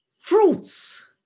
fruits